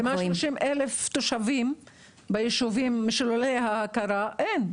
במה כ-30 אלף תושבים של יישובי ההכרה אין.